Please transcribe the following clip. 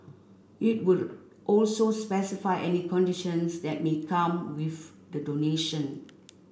it would also specify any conditions that may come with the donation